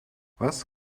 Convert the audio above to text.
was